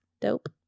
Dope